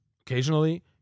Occasionally